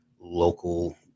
local